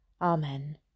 Amen